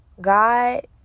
God